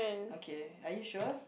okay are you sure